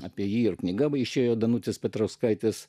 apie jį ir knyga išėjo danutės petrauskaitės